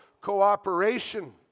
cooperation